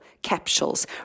Capsules